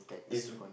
is